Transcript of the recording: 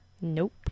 Nope